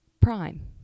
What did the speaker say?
prime